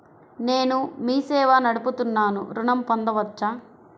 నేను మీ సేవా నడుపుతున్నాను ఋణం పొందవచ్చా?